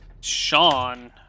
Sean